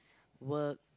work